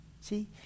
See